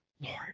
Lord